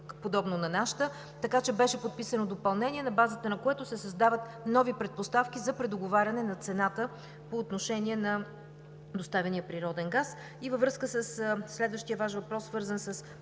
подобно на нашата, така че беше подписано допълнение, на базата на което се създават нови предпоставки за предоговаряне на цената по отношение на доставения природен газ. Във връзка със следващия Ваш въпрос, свързан с